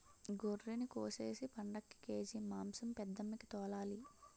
గొర్రినికోసేసి పండక్కి కేజి మాంసం పెద్దమ్మికి తోలాలి